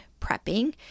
prepping